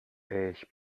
ich